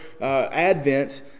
Advent